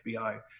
FBI